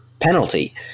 penalty